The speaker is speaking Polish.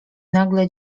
nagle